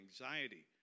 anxiety